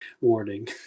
Warning